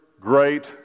great